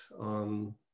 on